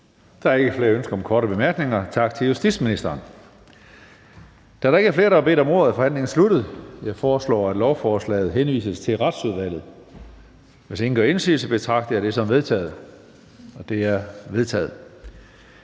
Der er ikke flere ønsker om korte bemærkninger. Tak til justitsministeren. Da der ikke er flere, der har bedt om ordet, er forhandlingen sluttet. Jeg foreslår, at lovforslaget henvises til Retsudvalget. Hvis ingen gør indsigelse, betragter jeg det som vedtaget. Det er vedtaget.